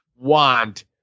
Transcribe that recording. want